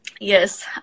yes